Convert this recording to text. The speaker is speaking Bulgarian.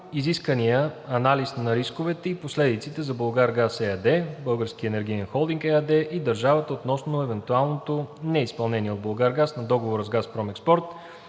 изискания анализ на рисковете и последиците за „Булгаргаз“ ЕАД, „Български енергиен холдинг“ ЕАД и държавата относно евентуалното неизпълнение от „Булгаргаз“ на Договора с „Газпром Експорт“